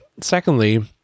secondly